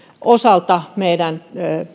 osalta meidän